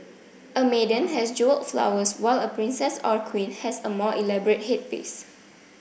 a maiden has jewelled flowers while a princess or a queen has a more elaborate headpiece